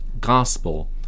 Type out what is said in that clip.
gospel